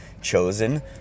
chosen